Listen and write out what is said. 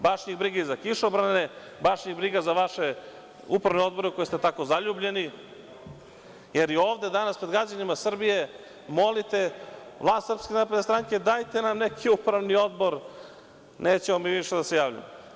Baš njih briga i za kišobrane, baš ih briga za vaše upravne odbore u koje ste tako zaljubljeni, jer i ovde danas pred građanima Srbije molite vlast SNS –dajte nam, neće upravni odbor, nećemo mi više da se javljamo.